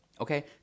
Okay